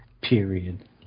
Period